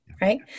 right